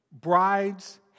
bride's